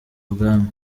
ubwami